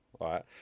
right